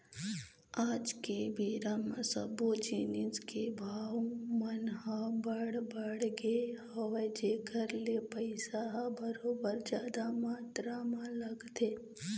आज के बेरा म सब्बो जिनिस के भाव मन ह बड़ बढ़ गे हवय जेखर ले पइसा ह बरोबर जादा मातरा म लगथे